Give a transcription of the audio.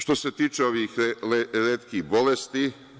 Što se tiče ovih retkih bolesti.